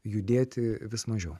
judėti vis mažiau